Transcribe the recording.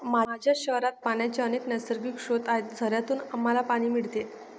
माझ्या शहरात पाण्याचे अनेक नैसर्गिक स्रोत आहेत, झऱ्यांतून आम्हाला पाणी मिळते